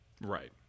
Right